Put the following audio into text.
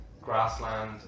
grassland